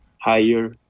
higher